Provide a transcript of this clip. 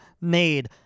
Made